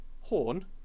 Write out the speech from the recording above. horn